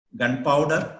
gunpowder